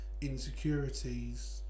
insecurities